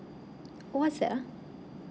what's that ah